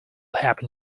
happen